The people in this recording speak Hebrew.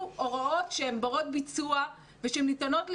הוראות שהן ברות ביצוע ושהן ניתנות ליישום,